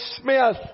smith